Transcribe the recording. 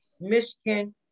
Michigan